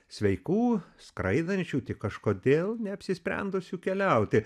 sveikų skraidančių tik kažkodėl neapsisprendusių keliauti